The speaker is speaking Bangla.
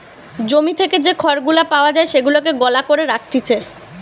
জমি থেকে যে খড় গুলা পাওয়া যায় সেগুলাকে গলা করে রাখতিছে